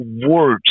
words